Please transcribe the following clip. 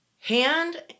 hand